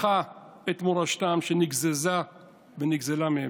בכה את מורשתם שנגזזה ונגזלה מהם,